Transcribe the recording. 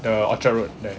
the orchard road there